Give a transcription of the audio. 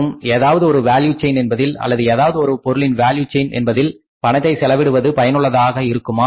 மற்றும் ஏதாவது ஒரு வேல்யூ செயின் என்பதில் அல்லது ஏதாவது ஒரு பொருளின் வேல்யூ செயின் என்பதில் பணத்தை செலவிடுவது பயனுள்ளதாக இருக்குமா